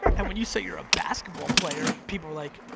and when you say you're a basketball player, people are like,